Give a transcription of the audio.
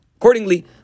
Accordingly